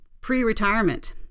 pre-retirement